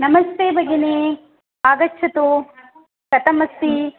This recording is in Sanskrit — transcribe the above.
नमस्ते भगिनि आगच्छतु कथमस्ति